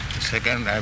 Second